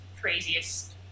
craziest